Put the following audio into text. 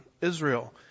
Israel